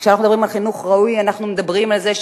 וכשאנו מדברים על חינוך ראוי אנחנו מדברים